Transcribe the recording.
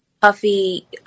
Puffy